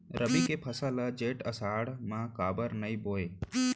रबि के फसल ल जेठ आषाढ़ म काबर नही बोए?